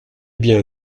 bien